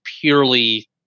purely